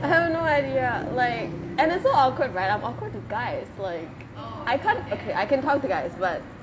I have no idea like and it's so awkward right I'm awkward to guys like I can't okay I can talk to guys but